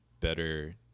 better